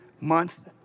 months